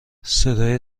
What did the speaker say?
صدای